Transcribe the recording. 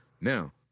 Now